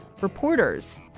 reporters